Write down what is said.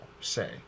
say